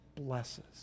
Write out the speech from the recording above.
blesses